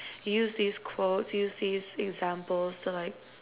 you use these quotes use these examples to like